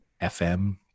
FM